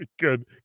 Good